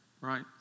Right